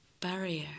barrier